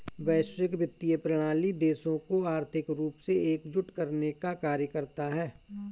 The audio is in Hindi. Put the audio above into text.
वैश्विक वित्तीय प्रणाली देशों को आर्थिक रूप से एकजुट करने का कार्य करता है